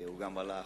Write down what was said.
הוא הלך.